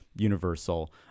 Universal